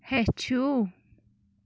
ہیٚچھِو